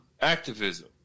activism